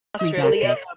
Australia